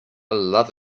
love